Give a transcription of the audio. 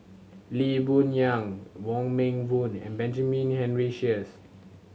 Lee Boon Yang Wong Meng Voon and Benjamin Henry Sheares